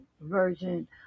version